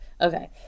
Okay